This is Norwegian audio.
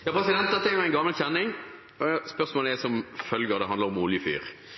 Dette er en gammel kjenning. Spørsmålet handler om oljefyring: «Stortinget har vedtatt at all oppvarming av bygg skal være fossilfri. Regjeringen har ikke fulgt opp, ved at de har sendt på høring et forslag som